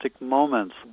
moments